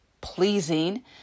pleasing